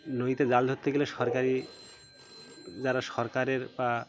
নয়তো জাল ধরতে গেলে সরকারি যারা সরকারের বা